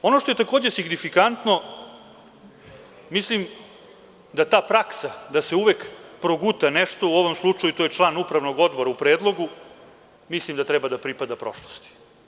Ono što je takođe sigdifikantno, mislim da ta praksa da se uvek proguta nešto, a u ovom slučaju to je član upravnog odbora u predlogu, mislim da treba da pripada prošlosti.